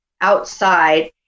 outside